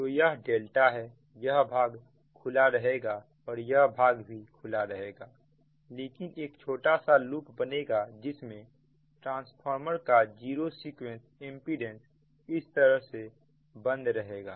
तो यह डेल्टा है यह भाग खुला रहेगा और यह भाग भी खुला रहेगा लेकिन एक छोटा सा लूप बनेगा जिसमें ट्रांसफार्मर का जीरो सीक्वेंस इंपीडेंस इस तरह से बंद रहेगा